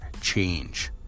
change